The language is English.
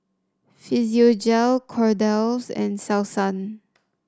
Physiogel Kordel's and Selsun